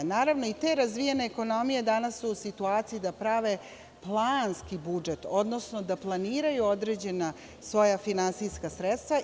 Naravno, i te razvijene ekonomije danas su u situaciji da prave planski budžet, odnosno da planiraju određena svoja finansijska sredstva.